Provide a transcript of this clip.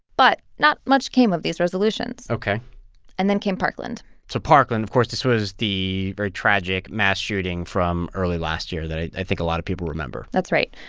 but not much came of these resolutions ok and then came parkland so parkland, of course this was the very tragic mass shooting from early last year that i i think a lot of people remember that's right.